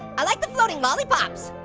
i like the floating lollipops.